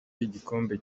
y’igikombe